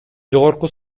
жогорку